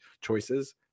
choices